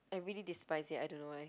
I really despise it I don't know why